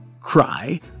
Cry